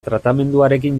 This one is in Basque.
tratamenduarekin